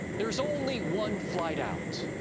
there's only one flight out,